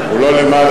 הוא לא למעלה.